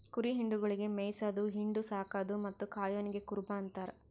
ಕುರಿ ಹಿಂಡುಗೊಳಿಗ್ ಮೇಯಿಸದು, ಹಿಂಡು, ಸಾಕದು ಮತ್ತ್ ಕಾಯೋನಿಗ್ ಕುರುಬ ಅಂತಾರ